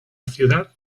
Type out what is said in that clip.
ciudad